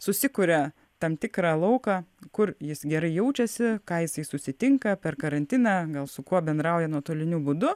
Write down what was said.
susikuria tam tikrą lauką kur jis gerai jaučiasi ką jisai susitinka per karantiną gal su kuo bendrauja nuotoliniu būdu